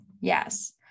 Yes